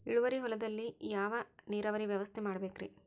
ಇಳುವಾರಿ ಹೊಲದಲ್ಲಿ ಯಾವ ನೇರಾವರಿ ವ್ಯವಸ್ಥೆ ಮಾಡಬೇಕ್ ರೇ?